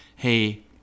hey